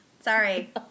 Sorry